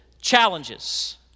challenges